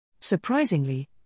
Surprisingly